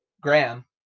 Graham